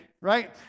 right